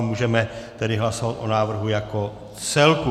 Můžeme tedy hlasovat o návrhu jako celku.